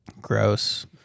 Gross